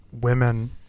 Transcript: women